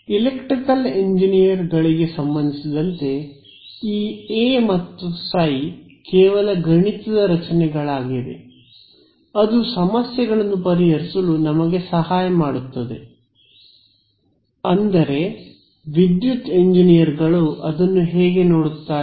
electrical ಎಂಜಿನಿಯರ್ಗಳಿಗೆ ಸಂಬಂಧಿಸಿದಂತೆ ಈ ಎ ಮತ್ತು ಸೈ ಕೇವಲ ಗಣಿತದ ರಚನೆಗಳಾಗಿವೆ ಅದು ಸಮಸ್ಯೆಗಳನ್ನು ಪರಿಹರಿಸಲು ನಮಗೆ ಸಹಾಯ ಮಾಡುತ್ತದೆ ಅಂದರೆ ವಿದ್ಯುತ್ ಎಂಜಿನಿಯರ್ಗಳು ಅದನ್ನು ಹೇಗೆ ನೋಡುತ್ತಾರೆ